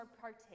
partake